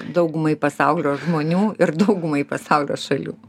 daugumai pasaulio žmonių ir daugumai pasaulio šalių